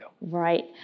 Right